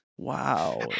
Wow